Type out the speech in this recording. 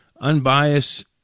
unbiased